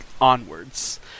onwards